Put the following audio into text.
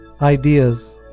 ideas